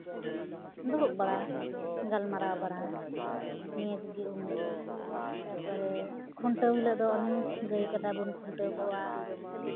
ᱫᱩᱲᱩᱵ ᱵᱟᱲᱟ ᱜᱟᱞᱢᱟᱨᱟᱣ ᱵᱟᱲᱟ ᱱᱤᱭᱟᱹ ᱠᱚᱜᱮ ᱩᱱ ᱦᱤᱞᱳᱜ ᱫᱚ ᱛᱟᱨᱯᱚᱨᱮ ᱠᱷᱩᱱᱴᱟᱹᱣ ᱦᱤᱞᱳᱜ ᱫᱚ ᱚᱱᱮ ᱜᱟᱹᱭ ᱠᱟᱰᱟ ᱵᱚᱱ ᱠᱷᱩᱱᱴᱟᱹᱣ ᱠᱚᱣᱟ